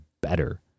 better